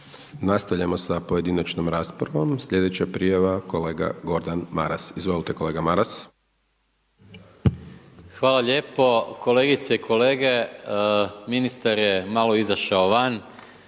Nastavljamo sa pojedinačnom raspravom. Sljedeća prijava kolega Gordan Maras. Izvolite kolega Maras. **Maras, Gordan (SDP)** Hvala lijepo kolegice i kolege. Ministar je malo izašao van